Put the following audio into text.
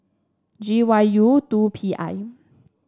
G Y U two P I